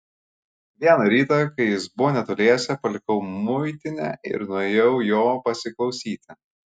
vieną rytą kai jis buvo netoliese palikau muitinę ir nuėjau jo pasiklausyti